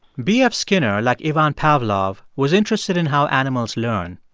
b f. skinner, like ivan pavlov, was interested in how animals learn.